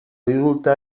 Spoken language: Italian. risulta